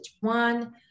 One